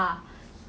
nobody go and